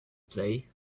play